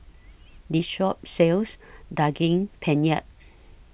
This Shop sells Daging Penyet